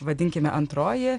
vadinkime antroji